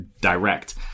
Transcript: direct